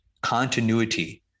continuity